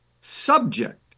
subject